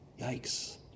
Yikes